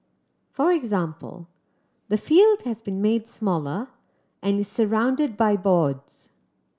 for example the field has been made smaller and is surrounded by boards